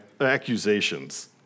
accusations